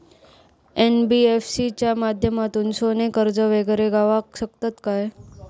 NBFC च्या माध्यमातून सोने कर्ज वगैरे गावात शकता काय?